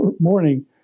morning